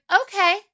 okay